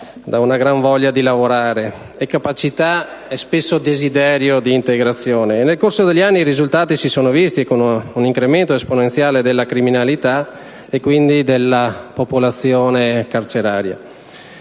da una gran voglia di lavorare, da capacità o - spesso - desiderio di integrazione. Nel corso degli anni i risultati si sono tradotti in un incremento esponenziale della criminalità e quindi della popolazione carceraria.